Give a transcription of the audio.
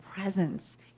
presence